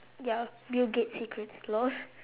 ya bill-gates secrets lol